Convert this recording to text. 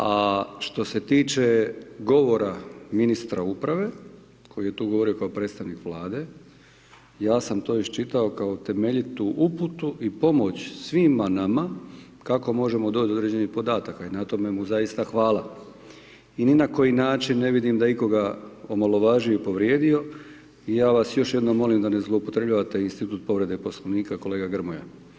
A što se tiče govora ministra uprave koji je tu govorio kao predstavnik Vlade, ja sam to isčitao kao temeljitu uputu i pomoć svima nama kako možemo doći do određenih podataka i na tome mu zaista hvala i ni na koji način ne vidim da je ikoga omalovažio i povrijedio, ja vas još jednom molim da ne zloupotrebljavate institut povrede Poslovnika kolega Grmoja.